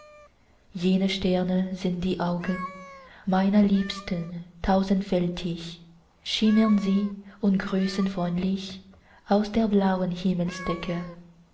jene sterne sind die augen meiner liebsten tausendfältig schimmern sie und grüßen freundlich aus der blauen